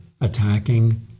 attacking